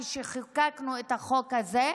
כשחוקקנו את החוק הזה,